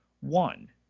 One